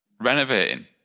renovating